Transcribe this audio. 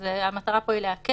אז המטרה היא פה להקל.